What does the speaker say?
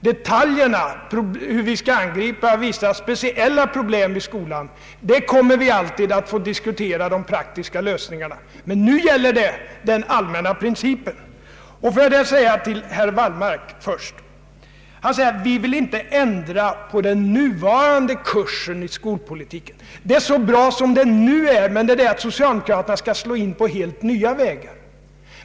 Detaljfrågorna — hur vi skall angripa och lösa vissa speciella problem i skolan — kommer vi alltid att få diskutera, men nu gäller det de allmänna principerna. Herr Wallmark sade att moderata samlingspartiet inte vill ändra på den nuvarande kursen i skolpolitiken. Det är så bra som förhållandena nu är, ansåg han, men socialdemokraterna skall ju, fortsatte han, slå in på helt nya vägar.